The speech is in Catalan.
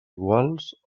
iguals